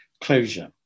closure